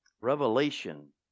Revelation